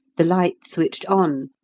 the light switched on,